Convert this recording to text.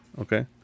okay